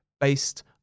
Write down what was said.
based